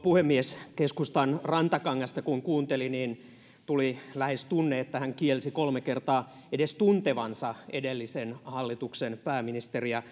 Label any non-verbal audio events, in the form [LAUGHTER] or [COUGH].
[UNINTELLIGIBLE] puhemies kun keskustan rantakangasta kuunteli niin tuli lähes tunne että hän kielsi kolme kertaa edes tuntevansa edellisen hallituksen pääministeriä [UNINTELLIGIBLE]